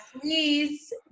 please